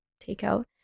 takeout